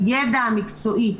הידע המקצועי,